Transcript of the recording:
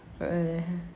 right